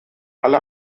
alle